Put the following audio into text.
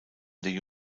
der